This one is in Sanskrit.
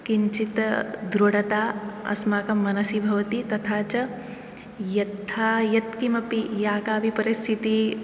किञ्चित् दृढता अस्माकं मनसि भवति तथा च यथा यत्किमपि या कापि परिस्थितिः